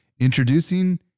Introducing